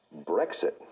Brexit